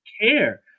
care